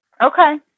Okay